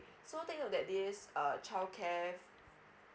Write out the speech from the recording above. so take note that this err childcare